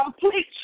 complete